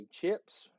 chips